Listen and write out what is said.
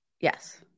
Yes